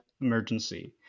emergency